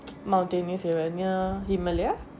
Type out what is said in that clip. mountainous himalaya